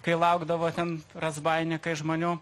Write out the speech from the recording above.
kai laukdavo ten razbainikai žmonių